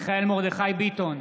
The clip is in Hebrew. מיכאל מרדכי ביטון,